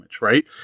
right